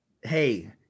hey